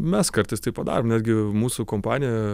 mes kartais tai padarom netgi mūsų kompanija